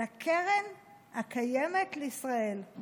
על הקרן הקיימת לישראל.